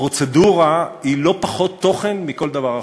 פרוצדורה היא לא פחות תוכן מכל דבר אחר.